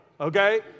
okay